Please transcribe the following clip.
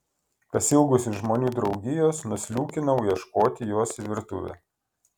pasiilgusi žmonių draugijos nusliūkinau ieškoti jos į virtuvę